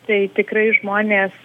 tai tikrai žmonės